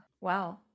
Wow